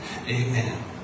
Amen